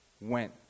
went